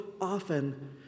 often